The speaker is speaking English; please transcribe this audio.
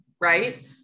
right